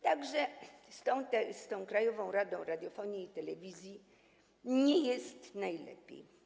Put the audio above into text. Tak że z tą Krajową Radą Radiofonii i Telewizji nie jest najlepiej.